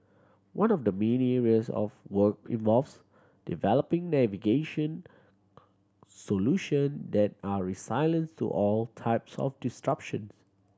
one of the main areas of work involves developing navigation solution that are resilient to all types of disruptions